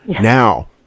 Now